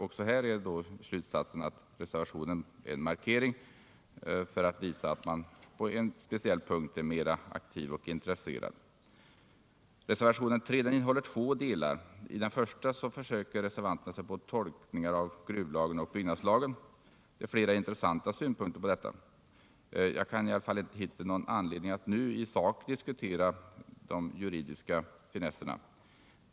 Också här blir slutsatsen att reservationen bara är en markering för att visa att man på en speciell punkt är aktiv och intresserad. Reservationen 3 innehåller två delar. I den första delen försöker reservanterna sig på tolkningar av gruvlagen och byggnadslagen. Det är flera intressanta synpunkter på detta. Jag kan i alla fall inte hitta någon anledning att nu i sak diskutera dessa juridiska finesser.